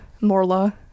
Morla